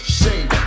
shame